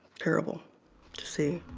terrible to see